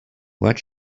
what